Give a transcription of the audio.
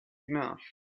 enough